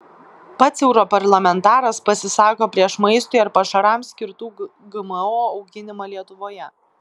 pats europarlamentaras pasisako prieš maistui ar pašarams skirtų gmo auginimą lietuvoje